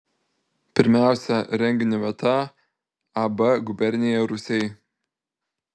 pirmiausia renginio vieta ab gubernija rūsiai